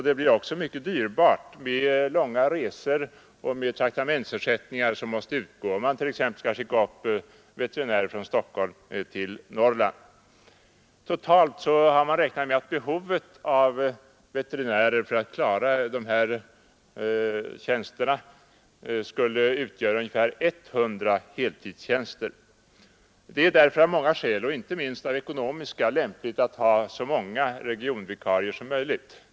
Det blir också mycket dyrbart med långa resor och traktamentsersättningar som måste utgå, om man t.ex. skall skicka upp veterinärer från Stockholm till Norrland. Totalt har man räknat med att behovet av veterinärer för att klara vikariaten skulle utgöra ungefär 100 heltidstjänster. Det är därför av många skäl, inte minst ekonomiska, lämpligt att ha så många regionvikarier som möjligt.